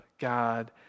God